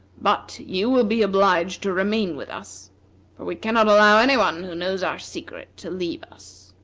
but you will be obliged to remain with us for we cannot allow any one who knows our secret to leave us.